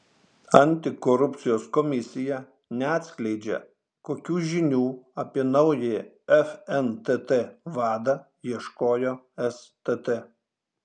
antikorupcijos komisija neatskleidžia kokių žinių apie naująjį fntt vadą ieškojo stt